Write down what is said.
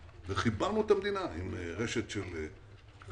חיברנו את המדינה עם רשת של כבישים,